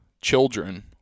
children